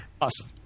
Awesome